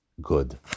good